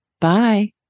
Bye